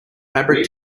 fabric